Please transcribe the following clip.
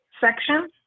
section